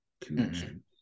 connection